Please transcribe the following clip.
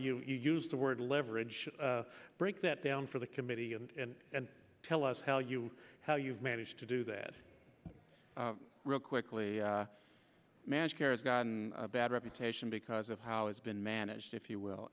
you use the word leverage to break that down for the committee and tell us how you how you've managed to do that real quickly managed care has gotten a bad reputation because of how it's been managed if you will